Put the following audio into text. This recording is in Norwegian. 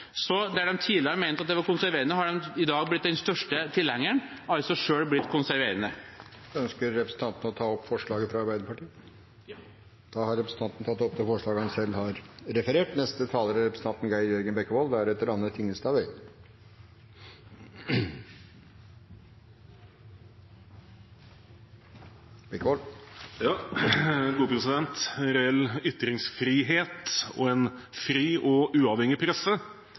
Så der de tidligere mente at ordningen var konserverende, har de i dag blitt den største tilhengeren – altså selv blitt konserverende. Ønsker representanten å ta opp forslaget fra Arbeiderpartiet? Ja. Da har representanten Arild Grande tatt opp det forslaget han refererte til. Reell ytringsfrihet og en fri og uavhengig presse